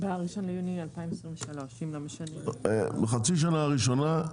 ב-1 ביוני 2023. בחצי השנה הראשונה,